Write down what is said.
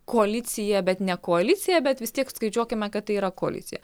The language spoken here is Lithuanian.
koalicija bet ne koalicija bet vis tiek skaičiuokime kad tai yra koalicija